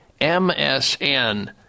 MSN